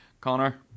Connor